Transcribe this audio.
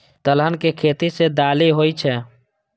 दलहन के खेती सं दालि होइ छै